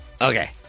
Okay